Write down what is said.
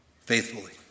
faithfully